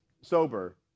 sober